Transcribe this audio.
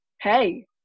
hey